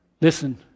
Listen